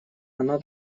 она